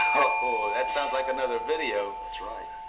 oh, that sounds like another video. that's right.